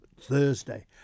Thursday